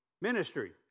ministry